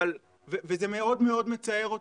זה מאוד מאוד מצער אותי,